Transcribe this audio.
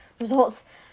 results